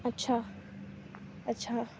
اچھا اچھا